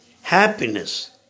happiness